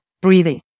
breathing